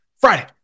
friday